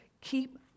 keep